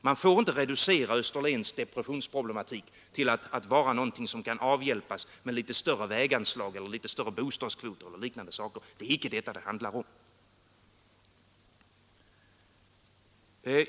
Man får inte reducera Österlens depressionsproblematik till någonting som kan avhjälpas med litet större väganslag, litet större bostadskvoter eller liknande. Det är icke detta det handlar om.